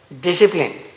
discipline